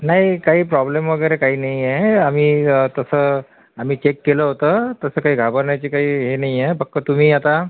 नाही काही प्रॉब्लेम वगैरे काही नाही आहे आम्ही तसं आम्ही चेक केलं होतं तसं काही घाबरण्याची काही हे नाही आहे पक्कं तुम्ही आता